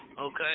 okay